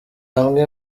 amwe